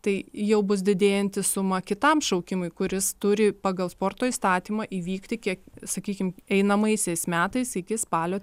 tai jau bus didėjanti suma kitam šaukimui kuris turi pagal sporto įstatymą įvykti kiek sakykim einamaisiais metais iki spalio